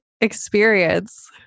experience